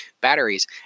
batteries